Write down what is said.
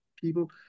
people